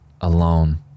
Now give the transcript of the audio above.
alone